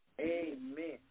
Amen